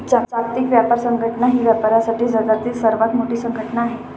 जागतिक व्यापार संघटना ही व्यापारासाठी जगातील सर्वात मोठी संघटना आहे